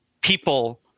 people